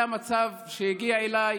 זה המצב שהגיע אליי.